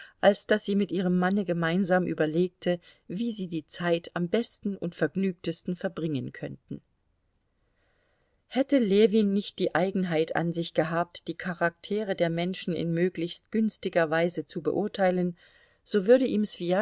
als daß sie mit ihrem manne gemeinsam überlegte wie sie die zeit am besten und vergnügtesten verbringen könnten hätte ljewin nicht die eigenheit an sich gehabt die charaktere der menschen in möglichst günstiger weise zu beurteilen so würde ihm